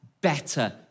better